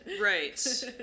Right